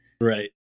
Right